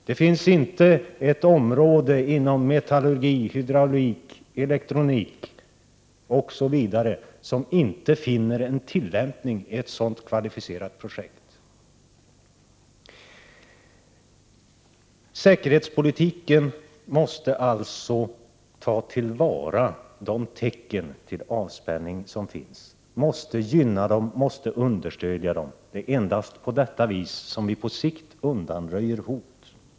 Det finns inte ett område inom metallurgin, hydrauliken, elektroniken, osv. som inte finner en tillämpning i ett sådant kvalificerat projekt. Säkerhetspolitiken måste alltså ta till vara de tecken till avspänning som finns och gynna och understödja dem. Det är endast på detta sätt som vi på sikt undanröjer hot.